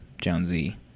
Jonesy